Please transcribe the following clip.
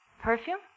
Perfume